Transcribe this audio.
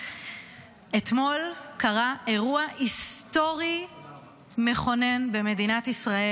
אתמול קרה אירוע היסטורי מכונן במדינת ישראל.